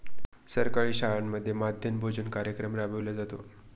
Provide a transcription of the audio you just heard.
सरकारी शाळांमध्ये मध्यान्ह भोजन कार्यक्रम राबविला जातो